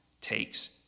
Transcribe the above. takes